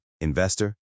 investor